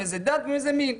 מאיזו דת ומאיזה מין.